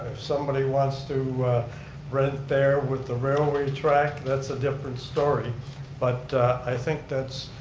somebody wants to rent there with the railway track, that's a different story but i think that's.